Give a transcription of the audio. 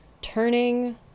turning